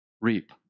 reap